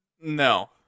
no